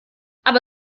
aber